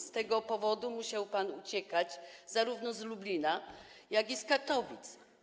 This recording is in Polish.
Z tego powodu musiał pan uciekać zarówno z Lublina, jak i z Katowic.